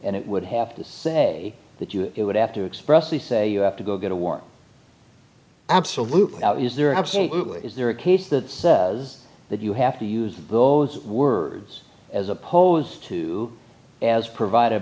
and it would have to say that you would have to express the say you have to go get a war absolutely now is there absolutely is there a case that says that you have to use those words as opposed to as provided